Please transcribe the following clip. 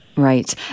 Right